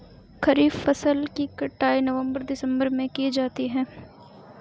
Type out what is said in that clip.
खरीफ फसल की कटाई नवंबर दिसंबर में की जाती है